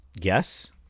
guess